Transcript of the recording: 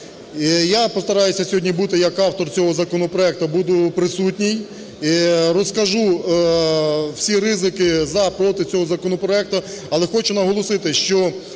Я постараюся сьогодні бути як автор цього законопроекту буду присутній, розкажу всі ризики, "за", "проти" цього законопроекту. Але хочу наголосити, що